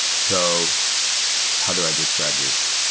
so how do i describe this?